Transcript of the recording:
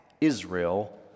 Israel